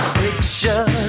picture